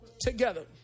together